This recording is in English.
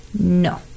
No